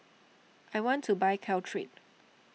I want to buy Caltrate